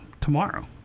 tomorrow